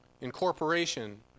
incorporation